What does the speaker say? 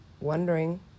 wondering